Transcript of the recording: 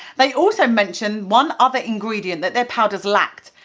they also mentioned one other ingredient that their powders lacked,